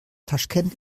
taschkent